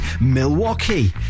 milwaukee